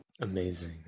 Amazing